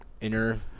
inner